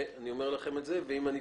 אם זה